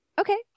Okay